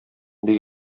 бик